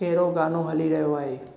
कहिड़ो गानो हली रहियो आहे